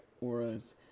auras